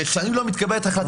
ששנים לא מתקבלת החלטה בעניינו.